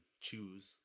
choose